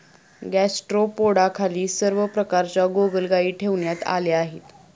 गॅस्ट्रोपोडाखाली सर्व प्रकारच्या गोगलगायी ठेवण्यात आल्या आहेत